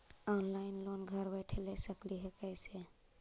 Online loan घर बैठे ले सकली हे, कैसे?